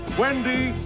wendy